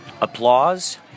Applause